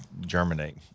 germinate